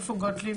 גוטליב